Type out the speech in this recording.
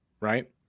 right